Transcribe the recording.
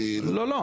לא, לא.